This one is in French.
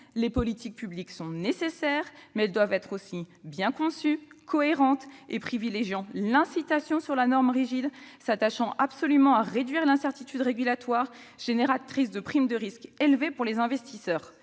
[Les politiques publiques] sont nécessaires, mais elles doivent être aussi bien conçues, cohérentes et privilégiant l'incitation sur la norme rigide ; s'attachant absolument à réduire " l'incertitude régulatoire ", génératrice de primes de risque élevées pour les investisseurs.